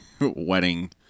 wedding